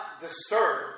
disturbed